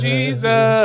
Jesus